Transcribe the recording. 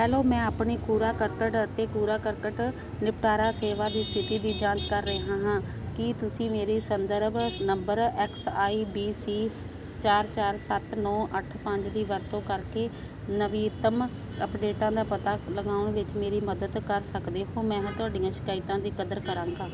hello ਮੈਂ ਆਪਣੀ ਕੂੜਾ ਕਰਕਟ ਅਤੇ ਕੂੜਾ ਕਰਕਟ ਨਿਪਟਾਰਾ ਸੇਵਾ ਦੀ ਸਥਿਤੀ ਦੀ ਜਾਂਚ ਕਰ ਰਿਹਾ ਹਾਂ ਕੀ ਤੁਸੀਂ ਮੇਰੀ ਸੰਦਰਭ number X I B C ਚਾਰ ਚਾਰ ਸੱਤ ਨੌਂ ਅੱਠ ਪੰਜ ਦੀ ਵਰਤੋਂ ਕਰਕੇ ਨਵੀਨਤਮ ਅਪਡੇਟਾਂ ਦਾ ਪਤਾ ਲਗਾਉਣ ਵਿੱਚ ਮੇਰੀ ਮਦਦ ਕਰ ਸਕਦੇ ਹੋ ਮੈਂ ਹ ਤੁਹਾਡੀਆਂ ਸਹਾਇਤਾ ਦੀ ਕਦਰ ਕਰਾਂਗਾ